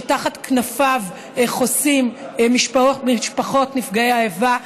שתחת כנפיו חוסות משפחות נפגעי האיבה,